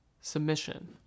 submission